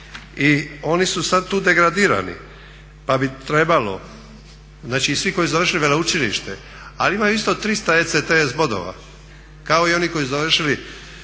i oni su sad tu degradirani. Pa bi trebalo, znači svi koji su završili veleučilište ali imaju isto 300 ECTS bodova kao i oni koji su završili sveučilišni